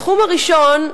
התחום הראשון,